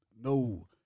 no